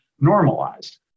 normalized